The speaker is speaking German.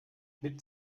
mit